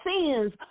sins